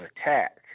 attack